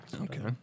okay